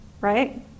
right